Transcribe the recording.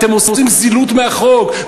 אתם עושים זילות של החוק.